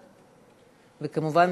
וכמובן,